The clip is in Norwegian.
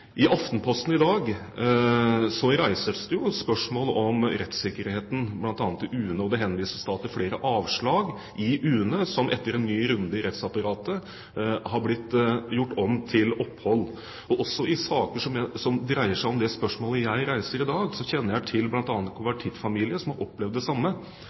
I Aftenposten i dag reises det spørsmål om rettssikkerheten, bl.a. i UNE, og det henvises til flere avslag i UNE som etter en ny runde i rettsapparatet har blitt gjort om til opphold. Også i saker som dreier seg om det spørsmålet jeg reiser i dag, kjenner jeg til at bl.a. konvertittfamilier har opplevd det samme,